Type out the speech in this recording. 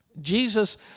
Jesus